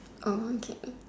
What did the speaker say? Oh okay